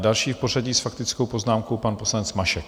Další v pořadí s faktickou poznámkou pan poslanec Mašek.